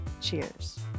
Cheers